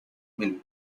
mill